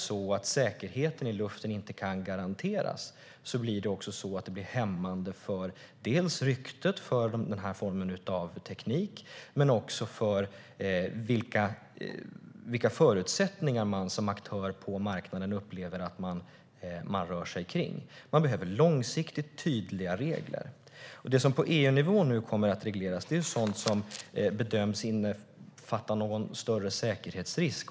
Om säkerheten i luften inte kan garanteras blir det också hämmande för ryktet för den här formen av teknik och för de förutsättningar man får som aktör på marknaden. Man behöver långsiktigt tydliga regler. Det som nu kommer att regleras på EU-nivå är sådant som bedöms innefatta en större säkerhetsrisk.